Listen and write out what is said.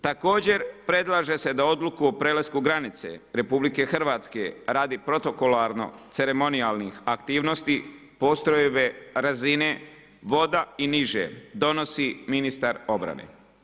Također predlaže se da odluku o prelasku granice RH radi protokolarno-ceremonijalnih aktivnosti postrojbe razine voda i niže donosi Ministar obrane.